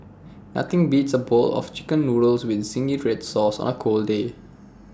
nothing beats A bowl of Chicken Noodles with Zingy Red Sauce on A cold day